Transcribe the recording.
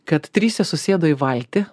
kad trise susėdo į valtį